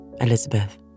Elizabeth